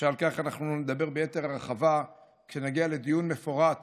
שעל כך אנחנו נדבר ביתר הרחבה כשנגיע לדיון מפורט